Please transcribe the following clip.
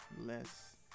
less